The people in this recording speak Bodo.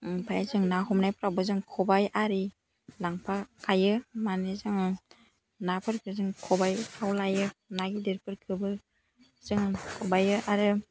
ओमफ्राय जों ना हमनायफोरावबो जों ख'बाय आरि लांफाखायो माने जोङो नाफोरखौ जों ख'बायफ्राव लायो ना गिदिरफोरखौबो जों ख'बायो आरो